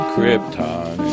Krypton